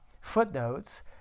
footnotes